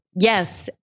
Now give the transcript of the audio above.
Yes